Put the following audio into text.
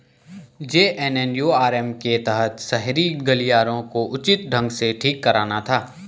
JNNURM के तहत शहरी गलियारों को उचित ढंग से ठीक कराना था